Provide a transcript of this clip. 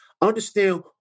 Understand